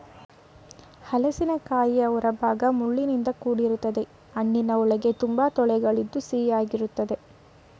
ಹಲಸಿನಕಾಯಿಯ ಹೊರಭಾಗ ಮುಳ್ಳಿನಿಂದ ಕೂಡಿರ್ತದೆ ಹಣ್ಣಿನ ಒಳಗೆ ತುಂಬಾ ತೊಳೆಗಳಿದ್ದು ಸಿಹಿಯಾಗಿರ್ತದೆ